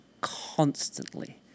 constantly